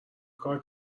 کار